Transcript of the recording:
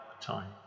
time